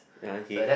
ya he